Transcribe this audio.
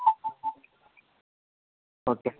okay